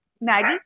maggie